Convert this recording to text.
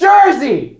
Jersey